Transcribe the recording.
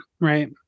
right